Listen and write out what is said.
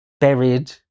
buried